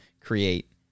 create